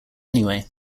anyway